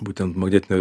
būtent magnetinio